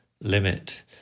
limit